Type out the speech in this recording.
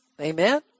Amen